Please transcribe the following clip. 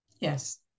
Yes